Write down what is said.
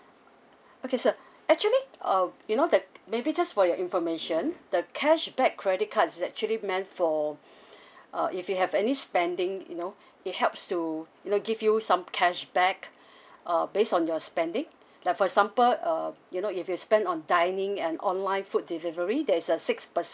okay sir actually uh you know that maybe just for your information the cashback credit card is actually meant for uh if you have any spending you know it helps to you know give you some cashback uh based on your spending like for example uh you know if you spend on dining and online food delivery there is a six percent